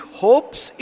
hopes